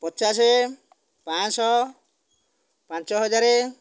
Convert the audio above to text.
ପଚାଶ ପାଞ୍ଚ ଶହ ପାଞ୍ଚ ହଜାର